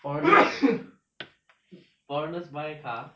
foreigners foreigners by car